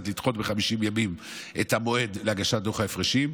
לדחות ב-50 ימים את המועד להגשת דוח ההפרשים.